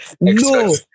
no